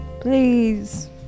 Please